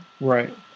Right